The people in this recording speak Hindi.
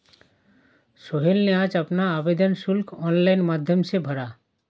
सोहेल ने आज अपना आवेदन शुल्क ऑनलाइन माध्यम से भरा